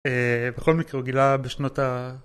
א.. בכל מקרה הוא גילה בשנות ה...